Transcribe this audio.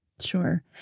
Sure